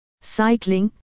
Cycling